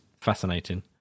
fascinating